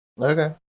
Okay